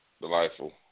Delightful